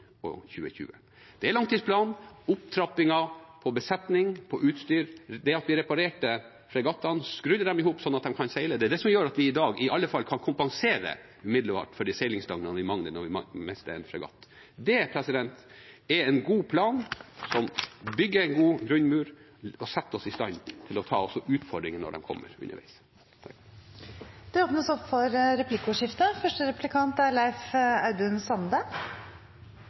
og 2020. Det er langtidsplanen – opptrappingen av besetning, av utstyr, det at vi reparerte fregattene, skrudde dem i hop, sånn at de kan seile – som gjør at vi i dag i alle fall kan kompensere umiddelbart for de seilingsdøgnene vi mangler når vi mister en fregatt. Det er en god plan, som bygger en god grunnmur og setter oss i stand til også å ta utfordringene når de kommer underveis.